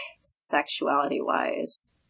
sexuality-wise